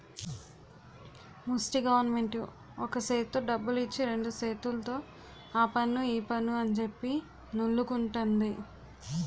ముస్టి గవరమెంటు ఒక సేత్తో డబ్బులిచ్చి రెండు సేతుల్తో ఆపన్ను ఈపన్ను అంజెప్పి నొల్లుకుంటంది